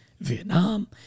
Vietnam